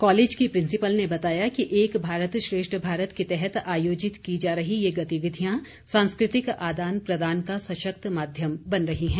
college की principal ने बताया कि एक भारत श्रेष्ठ भारत के तहत आयोजित की जा रही यह गतिविधियां सांस्कृतिक आदान प्रदान का सशक्त माध्यम बन रही हैं